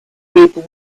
people